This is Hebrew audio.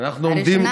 לא ראשונה.